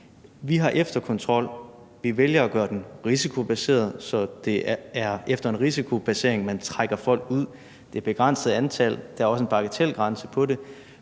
Vi har efterkontrol, og vi vælger at gøre den risikobaseret, så det er efter en risikovurdering, at man trækker folk ud. Det er et begrænset antal, og der er også en bagatelgrænse for det.